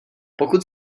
pokud